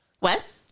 Wes